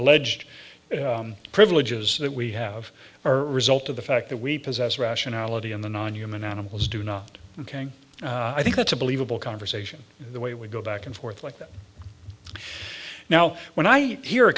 alleged privileges that we have are result of the fact that we possess rationality in the non human animals do not i think that's a believable conversation the way we go back and forth like that now when i hear a